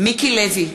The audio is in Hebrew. מיקי לוי,